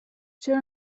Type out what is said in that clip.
چرا